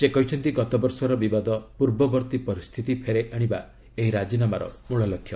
ସେ କହିଛନ୍ତି ଗତବର୍ଷର ବିବାଦ ପୂର୍ବବର୍ତ୍ତୀ ପରିସ୍ଥିତି ଫେରାଇ ଆଣିବା ଏହି ରାଜିନାମାର ମଳଲକ୍ଷ୍ୟ